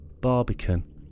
Barbican